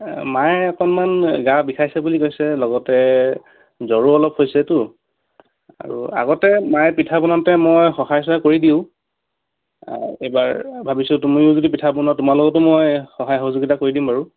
মায়ে অকণমান গা বিষাইছে বুলি কৈছে লগতে জ্বৰো অলপ হৈছেতো আৰু আগতে মায়ে পিঠা বনাওঁতে মই সহায় চহায় কৰি দিওঁ এইবাৰ ভাবিছোঁ তুমিও যদি পিঠা বনোৱা তোমাৰ লগতো মই সহায় সহযোগিতা কৰি দিম বাৰু